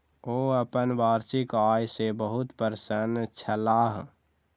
ओ अपन वार्षिक आय सॅ बहुत प्रसन्न छलाह